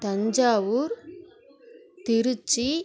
Thanjavur Trichy